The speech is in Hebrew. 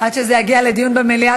עד שזה יגיע לדיון במליאה,